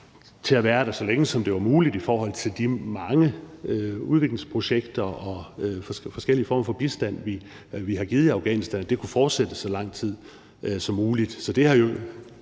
til at være der, så længe som det var muligt, i forhold til at de mange udviklingsprojekter og forskellige former for bistand, vi har givet i Afghanistan, kunne fortsætte så lang tid som muligt.